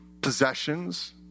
Possessions